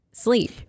Sleep